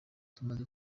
tumaze